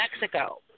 Mexico